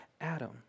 Adam